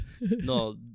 No